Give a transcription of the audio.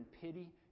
pity